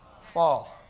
fall